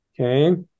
Okay